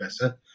better